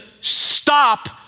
stop